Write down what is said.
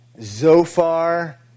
Zophar